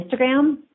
Instagram